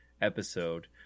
episode